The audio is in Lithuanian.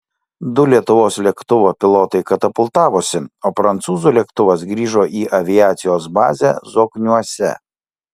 du lietuvos lėktuvo pilotai katapultavosi o prancūzų lėktuvas grįžo į aviacijos bazę zokniuose